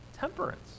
Temperance